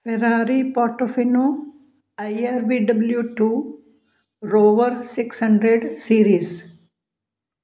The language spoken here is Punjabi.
Ferrari Portofino IRV W two Rover six hundred series